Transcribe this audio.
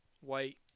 white